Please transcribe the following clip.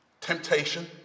temptation